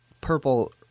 purple